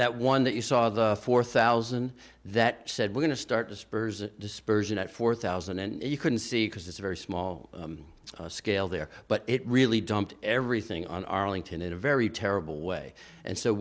that one that you saw the four thousand that said we're going to start the spurs dispersion at four thousand and you can see because it's a very small scale there but it really dumped everything on arlington in a very terrible way and so